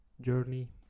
journey